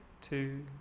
Two